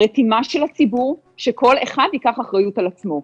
הרתימה של הציבור, שכל אחד ייקח אחריות על עצמו.